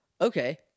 okay